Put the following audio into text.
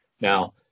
Now